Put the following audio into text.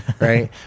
Right